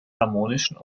harmonischen